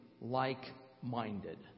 like-minded